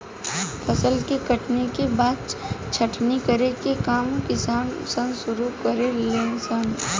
फसल के कटनी के बाद छटनी करे के काम किसान सन शुरू करे ले सन